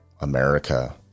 America